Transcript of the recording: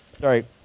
sorry